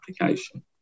application